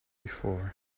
before